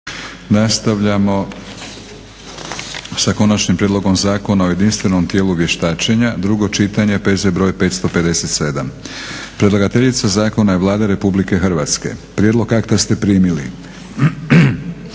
Nastavljamo sa - Konačni prijedlog Zakona o jedinstvenom tijelu vještačenja, drugo čitanje, P.Z. br. 557. Predlagateljica zakona je Vlada Republike Hrvatske. Prijedlog akta ste primili.